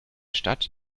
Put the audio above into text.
stadt